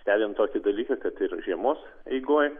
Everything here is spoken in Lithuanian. stebint tokį dalyką kad ir žiemos eigoj